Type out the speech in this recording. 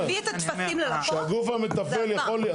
שהגוף המתפעל יכול,